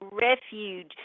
refuge